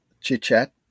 chit-chat